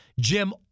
Jim